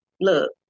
look